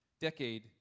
decade